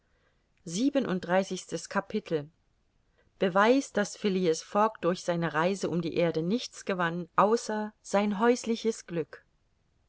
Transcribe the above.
beweis daß phileas fogg durch seine reise um die erde nichts gewann außer sein häusliches glück